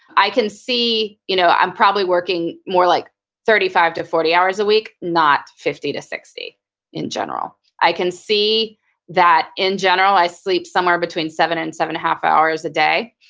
i can see you know i'm probably working more like thirty five to forty hours a week, not fifty to sixty in general i can see that in general i sleep somewhere between seven and seven and half hours a day.